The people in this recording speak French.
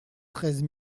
treize